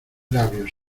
labios